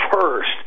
First